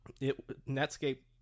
Netscape